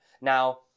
Now